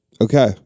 Okay